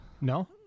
No